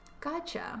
Gotcha